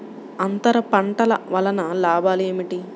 అంతర పంటల వలన లాభాలు ఏమిటి?